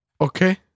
Okay